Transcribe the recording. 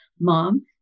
mom